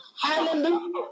Hallelujah